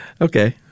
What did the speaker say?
Okay